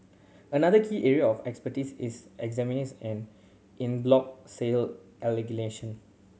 another key area of expertise is an in bloc sale litigation